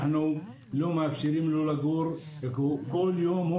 אנחנו לא מאפשרים לו לגור וכל יום הוא